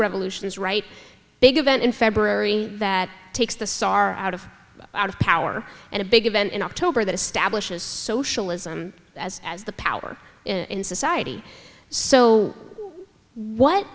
revolutions right big event in february that takes the star out of out of power and a big event in october that establishes socialism as has the power in society so what